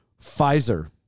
Pfizer